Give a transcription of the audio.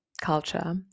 culture